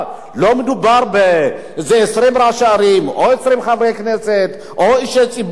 לא מדובר באיזה 20 ראשי ערים או 20 חברי כנסת או אישי ציבור.